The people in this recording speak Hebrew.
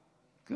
נתפזר,